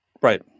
right